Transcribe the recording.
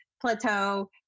plateau